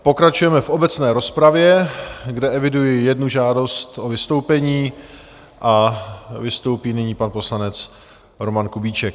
Pokračujeme v obecné rozpravě, kde eviduji jednu žádost o vystoupení, a vystoupí nyní pan poslanec Roman Kubíček.